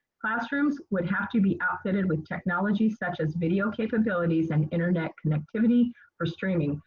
classrooms would have to be outfitted with technology such as video capabilities and internet connectivity for streaming,